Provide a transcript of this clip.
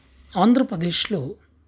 ఆంధ్రప్రదేశ్లో